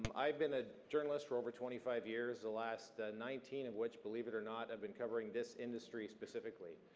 i've been a journalist for over twenty five years, the last nineteen of which, believe it or not, i've been covering this industry specifically.